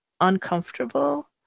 uncomfortable